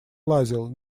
лазил